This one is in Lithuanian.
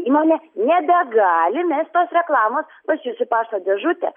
įmonė nebegali mest tos reklamos pas jus į pašto dėžutę